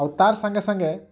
ଆଉ ତାର୍ ସାଙ୍ଗେ ସାଙ୍ଗେ